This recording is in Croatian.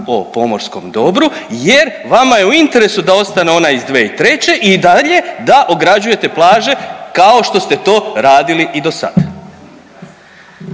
o pomorskom dobru, jer vama je u interesu da ostane ona iz 2003. i dalje da ograđujete plaže kao što ste to radili i dosad.